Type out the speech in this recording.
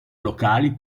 locali